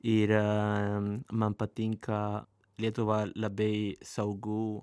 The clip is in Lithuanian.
ir man patinka lietuva labai saugu